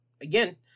again